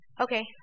okay